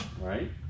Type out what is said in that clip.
Right